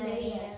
Maria